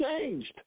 changed